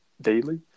daily